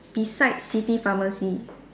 beside city pharmacy